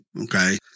Okay